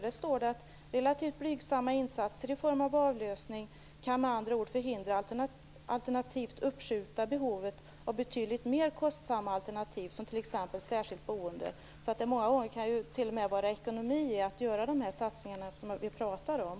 Där står att relativt blygsamma insatser i form av avlösning kan förhindra alternativt uppskjuta behovet av betydligt mer kostsamma alternativ, t.ex. särskilt boende. Många gånger kan det alltså t.o.m. vara ekonomiskt att göra de satsningar som vi nu pratar om.